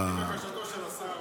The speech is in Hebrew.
על פי בקשתו של השר ארבל.